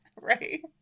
right